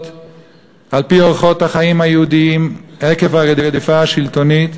על-פי אורחות החיים היהודיים עקב הרדיפה השלטונית,